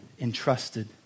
entrusted